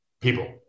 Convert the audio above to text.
people